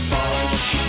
Bosh